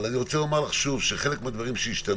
אבל אני רוצה לומר לך שוב שחלק מהדברים שהשתנו,